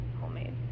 Homemade